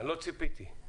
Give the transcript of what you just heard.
לא ציפיתי.